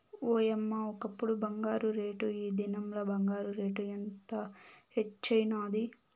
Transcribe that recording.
ఓయమ్మ, ఒకప్పుడు బంగారు రేటు, ఈ దినంల బంగారు రేటు ఎంత హెచ్చైనాది